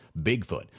Bigfoot